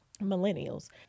millennials